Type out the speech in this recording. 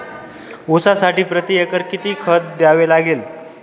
ऊसासाठी प्रतिएकर किती खत द्यावे लागेल?